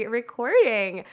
recording